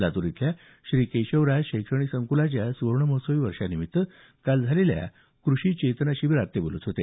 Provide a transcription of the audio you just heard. लातूर इथल्या श्री केशवराज शैक्षणिक संकुलाच्या सुवर्ण महोत्सवी वर्षानिमित्त काल झालेल्या कृषि चेतना शिबीरात ते बोलत होते